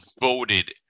voted